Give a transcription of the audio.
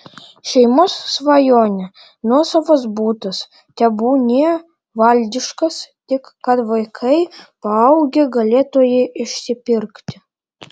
šeimos svajonė nuosavas butas tebūnie valdiškas tik kad vaikai paaugę galėtų jį išsipirkti